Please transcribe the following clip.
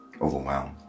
overwhelmed